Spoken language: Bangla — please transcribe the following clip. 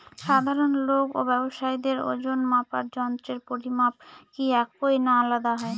সাধারণ লোক ও ব্যাবসায়ীদের ওজনমাপার যন্ত্রের পরিমাপ কি একই না আলাদা হয়?